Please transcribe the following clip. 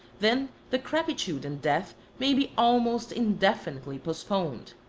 then decrepitude and death may be almost indefinitely postponed.